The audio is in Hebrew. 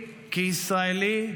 כישראלי,